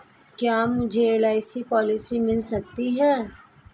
क्या मुझे LIC policy मिल सकती है?